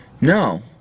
No